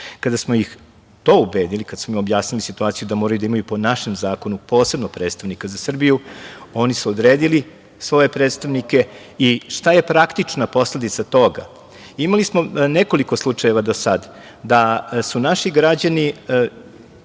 smo ih to ubedili, kada smo objasnili situaciju da moraju da imaju po našem zakonu posebno predstavnika za Srbiju, oni su odredili svoje predstavnike i šta je praktična posledica toga? Imali smo nekoliko slučajeva do sada da su naši građani,